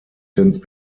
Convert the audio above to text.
since